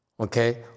Okay